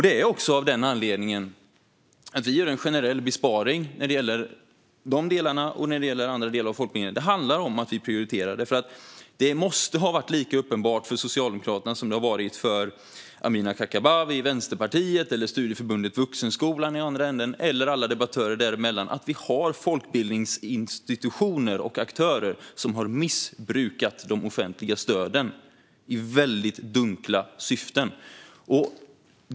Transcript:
Det är också av den anledningen vi gör en generell besparing när det gäller dessa och andra delar av folkbildningen. Det handlar om att vi prioriterar. Det måste ha varit lika uppenbart för Socialdemokraterna som det har varit för Amineh Kakabaveh i Vänsterpartiet eller Studieförbundet Vuxenskolan i den andra änden, och alla andra debattörer däremellan, att vi har folkbildningsinstitutioner och aktörer som har missbrukat de offentliga stöden i väldigt dunkla syften.